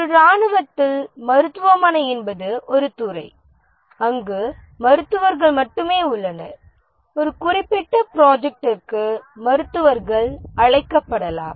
ஒரு இராணுவத்தில் மருத்துவமனை என்பது ஒரு துறை அங்கு மருத்துவர்கள் மட்டுமே உள்ளனர் ஒரு குறிப்பிட்ட ப்ராஜெக்டிற்கு மருத்துவர்கள் அழைக்கப்படலாம்